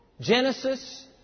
Genesis